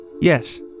Yes